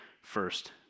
first